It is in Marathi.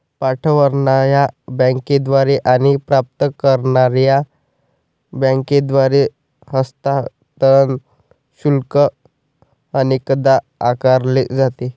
पाठवणार्या बँकेद्वारे आणि प्राप्त करणार्या बँकेद्वारे हस्तांतरण शुल्क अनेकदा आकारले जाते